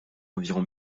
environ